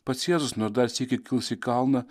pats jėzus nors dar sykį kils į kalną